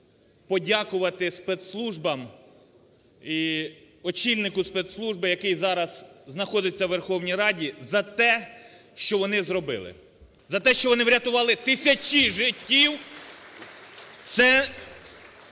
подякувати спецслужбам і очільнику спецслужби, який зараз знаходиться у Верховній Раді, за те, що вони зробили. (Оплески) За те, що вони врятували тисячі життів.